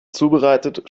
zubereitet